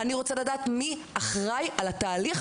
אני רוצה לדעת מי אחראי על התהליך,